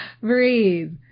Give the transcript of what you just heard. Breathe